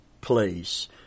place